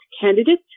candidate